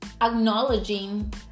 acknowledging